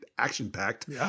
action-packed